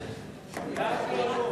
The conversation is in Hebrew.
גפני.